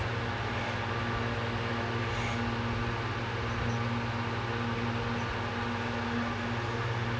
ya mm ya agree mm ya you